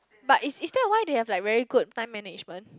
but is is they are why they have a very good time management